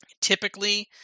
typically